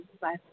Bye